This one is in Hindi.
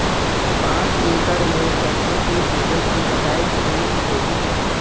पांच एकड़ में सरसों की फसल की कटाई कितनी होगी?